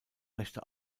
rechte